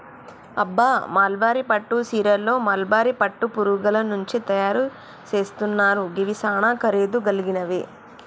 అబ్బ మల్బరీ పట్టు సీరలు మల్బరీ పట్టు పురుగుల నుంచి తయరు సేస్తున్నారు గివి సానా ఖరీదు గలిగినవి